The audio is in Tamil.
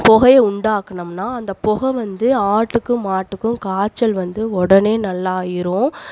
புகைய உண்டாக்குனம்னால் அந்த புகை வந்து ஆட்டுக்கும் மாட்டுக்கும் காய்ச்சல் வந்து உடனே நல்லாயிடும்